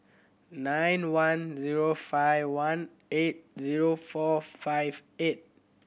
nine one zero five one eight zero four five eight